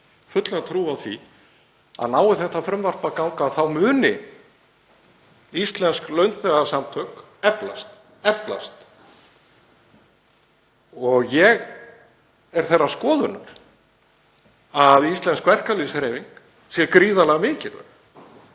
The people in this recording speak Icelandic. fulla trú á því að nái þetta frumvarp fram að ganga þá muni íslensk launþegasamtök eflast og ég er þeirrar skoðunar að íslensk verkalýðshreyfing sé gríðarlega mikilvæg.